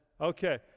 Okay